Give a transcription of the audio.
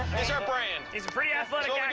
is our brand. he's a pretty athletic yeah